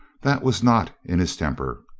that was not in his tem per.